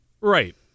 Right